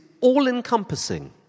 all-encompassing